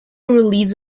release